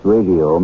Radio